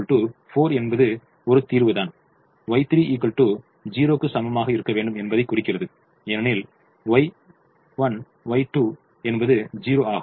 U3 4 என்பது ஒரு தீர்வுதான் Y3 0 க்கு சமமாக இருக்க வேண்டும் என்பதைக் குறிக்கிறது ஏனெனில் U3 Y3 என்பது 0 ஆகும்